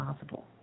Possible